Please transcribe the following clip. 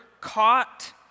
caught